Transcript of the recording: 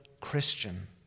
Christian